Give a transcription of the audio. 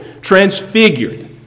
transfigured